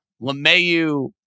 LeMayu